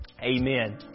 Amen